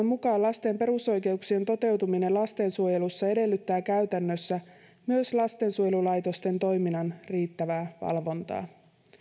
mukaan lasten perusoikeuksien toteutuminen lastensuojelussa edellyttää käytännössä myös lastensuojelulaitosten toiminnan riittävää valvontaa